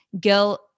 Guilt